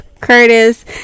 Curtis